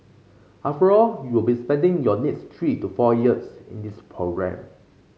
after all you will be spending your next three to four years in this programme